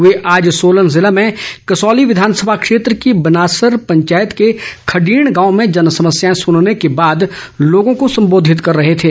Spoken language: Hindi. वे आज सोलन जिले में कसौली विधानसभा क्षेत्र की बनासर पंचायत के खडीण गांव में जनसमस्याएं सुनने के बाद लोगों को संबोधित कर रहे थे